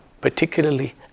particularly